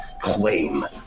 claim